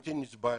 בלתי נסבל.